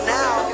now